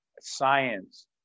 science